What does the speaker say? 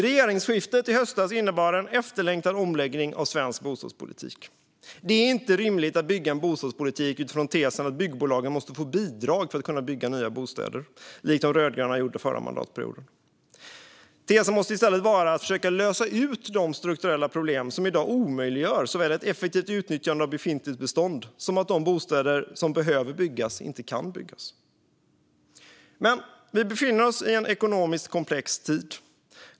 Regeringsskiftet i höstas innebar en efterlängtad omläggning av svensk bostadspolitik. Det är inte rimligt att bygga en bostadspolitik utifrån tesen att byggbolagen måste få bidrag för att kunna bygga nya bostäder, som de rödgröna partierna gjorde förra mandatperioden. Tesen måste i stället vara att försöka lösa de strukturella problem som i dag omöjliggör såväl att befintligt bestånd utnyttjas effektivt som att de bostäder som behövs kan byggas. Vi befinner oss i en ekonomiskt komplex tid.